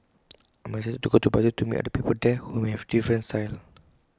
I'm excited to go to Brazil to meet other people there who may have different styles